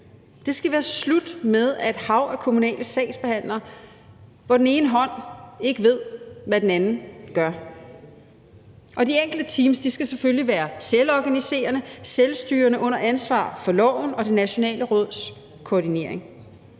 Det skal være slut med et hav af kommunale sagsbehandlere, hvor den ene hånd ikke ved, hvad den anden gør. Og de enkelte teams skal selvfølgelig være selvorganiserende og selvstyrende under ansvar for loven og det nationale råds koordinering.